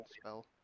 spell